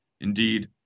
Indeed